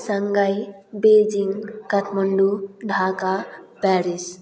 Shanghai Beijing Kathmandu Dhaka Paris